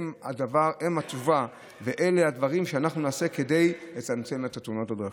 הם התשובה ואלה הדברים שאנחנו נעשה כדי לצמצם את תאונות הדרכים.